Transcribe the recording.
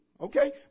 Okay